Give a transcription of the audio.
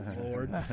Lord